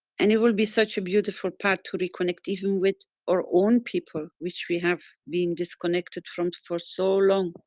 and it will be such a beautiful path to reconnect even with our own people which we have been disconnected from for so long.